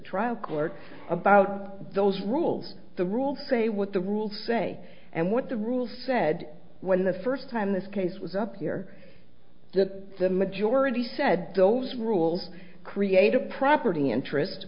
trial court about those rules the rules say what the rules say and what the rules said when the first time this case was up here that the majority said those rules create a property interest